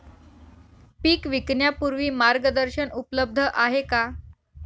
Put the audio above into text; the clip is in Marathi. पीक विकण्यापूर्वी मार्गदर्शन उपलब्ध आहे का?